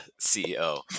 CEO